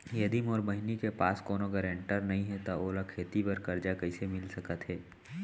यदि मोर बहिनी के पास कोनो गरेंटेटर नई हे त ओला खेती बर कर्जा कईसे मिल सकत हे?